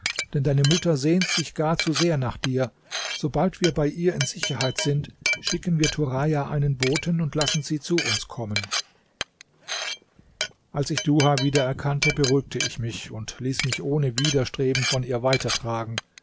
denn deine mutter sehnt sich gar zu sehr nach dir sobald wir bei ihr in sicherheit sind schicken wir turaja einen boten und lassen sie zu uns kommen als ich duha wieder erkannte beruhigte ich mich und ließ mich ohne widerstreben von ihr weitertragen